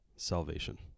salvation